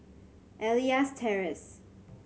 Elias Terrace